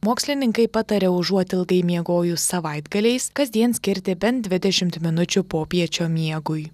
mokslininkai pataria užuot ilgai miegojus savaitgaliais kasdien skirti bent dvidešimt minučių popiečio miegui